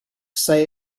say